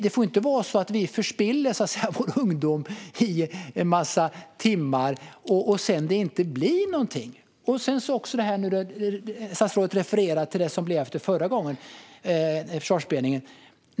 Det får ju inte vara så att vi så att säga förspiller vår ungdom i massor av timmar och det sedan inte blir någonting. Statsrådet refererar till det som blev av förra Försvarsberedningen.